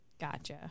Gotcha